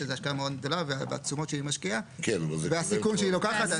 שזו השקעה מאוד גדולה והתשומות שהיא משקיעה והסיכון שהיא לוקחת.